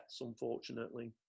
unfortunately